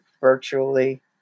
virtually